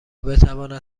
بتواند